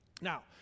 Now